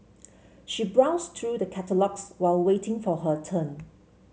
she browsed through the catalogues while waiting for her turn